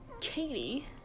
Katie